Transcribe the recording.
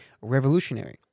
revolutionary